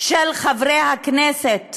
של חברי הכנסת